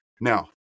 Now